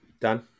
Dan